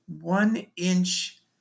one-inch